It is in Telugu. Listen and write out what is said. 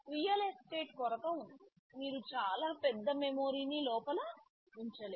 రియల్ ఎస్టేట్ కొరత ఉంది మీరు చాలా పెద్ద మెమరీని లోపల ఉంచలేరు